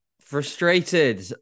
Frustrated